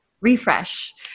refresh